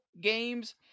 games